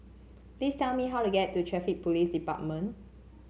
please tell me how to get to Traffic Police Department